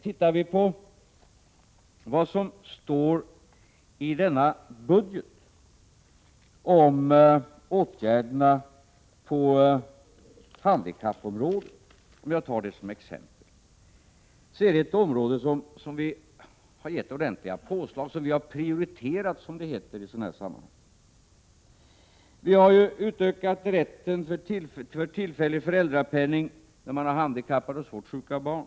Tittar vi på vad som står i årets budget om åtgärderna på handikappområdet — om jag tar det som exempel-— ser vi att det är ett område som vi har gett ordentliga påslag, som vi har prioriterat, som det heter i sådana här sammanhang. Vi har ju utökat rätten till tillfällig föräldrapenning när man har handikappade och svårt sjuka barn.